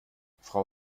frau